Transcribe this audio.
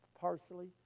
Parsley